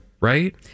right